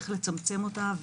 איך לצמצם אותה,